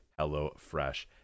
HelloFresh